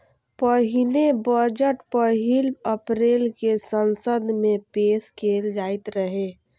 पहिने बजट पहिल अप्रैल कें संसद मे पेश कैल जाइत रहै